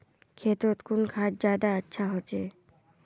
खेतोत कुन खाद ज्यादा अच्छा होचे?